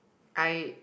I